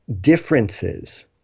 differences